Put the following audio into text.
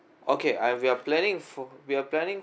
okay I we are planning for we are planning